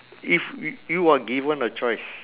if y~ you are given a choice